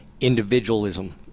individualism